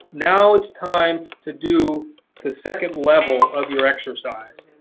now it's time to do the second level of your exercise.